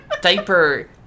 diaper